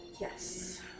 Yes